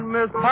Miss